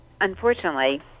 unfortunately